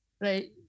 right